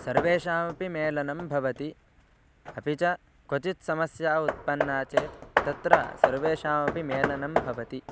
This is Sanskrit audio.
सर्वेषामपि मेलनं भवति अपि च क्वचित् समस्या उत्पन्ना चेत् तत्र सर्वेषामपि मेलनं भवति